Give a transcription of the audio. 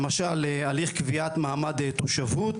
למשל הליך קביעת מעמד תושבות